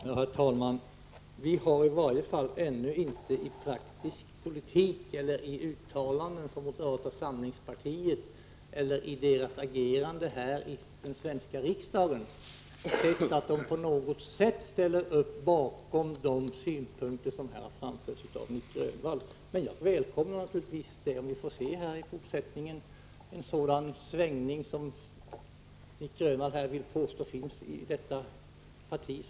Herr talman! Vi har i varje fall ännu inte i praktisk politik, i uttalanden från moderata samlingspartiet eller i dess agerande här i den svenska riksdagen sett att partiet på något sätt skulle ställa upp bakom de synpunkter som här har framförts av Nic Grönvall. Jag välkomnar naturligtvis om vi i fortsättningen får se en sådan svängning som Nic Grönvall vill påstå finns i det partiet.